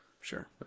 sure